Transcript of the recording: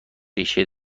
ریشه